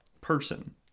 person